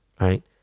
right